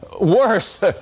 worse